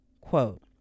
quote